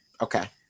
Okay